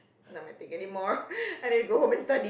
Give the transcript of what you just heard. not my thing anymore I need to go home and study